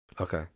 Okay